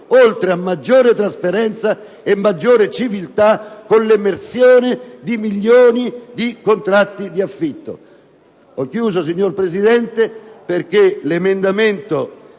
oltre a maggiore trasparenza e maggiore civiltà, con l'emersione di milioni di contratti di affitto.